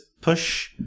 push